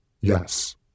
Yes